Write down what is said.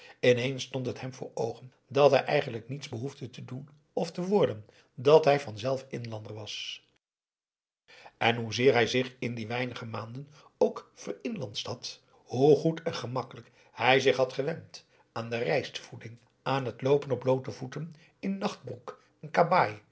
ineens stond het hem voor oogen dat hij eigenlijk niets behoefde te doen of te worden dat hij vanzelf inlander was en hoezeer hij zich in die weinige maanden ook verinlandscht had hoe goed en gemakkelijk hij zich had gewend aan de rijstvoeding aan het loopen op bloote voeten in nachtbroek en kabaai